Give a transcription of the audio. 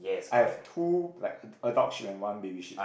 I have two like adult sheep and one baby sheep